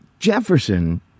Jefferson